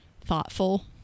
thoughtful